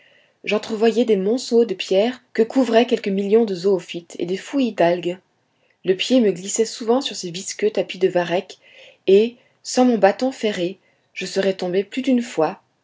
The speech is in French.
phosphorescentes j'entrevoyais des monceaux de pierres que couvraient quelques millions de zoophytes et des fouillis d'algues le pied me glissait souvent sur ces visqueux tapis de varech et sans mon bâton ferré je serais tombé plus d'une fois